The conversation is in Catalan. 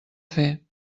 fer